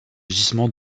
gisement